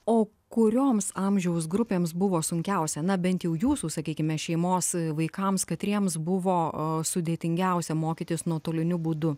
o kurioms amžiaus grupėms buvo sunkiausia na bent jau jūsų sakykime šeimos vaikams katriems buvo sudėtingiausia mokytis nuotoliniu būdu